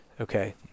okay